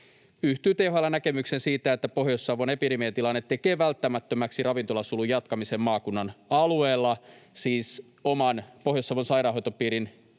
yhtyy THL:n näkemykseen siitä, että Pohjois-Savon epidemiatilanne tekee välttämättömäksi ravintolasulun jatkamisen maakunnan alueella, siis oman Pohjois-Savon sairaanhoitopiirin